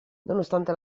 nonostante